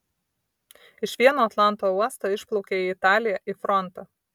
iš vieno atlanto uosto išplaukia į italiją į frontą